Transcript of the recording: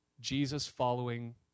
Jesus-following